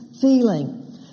feeling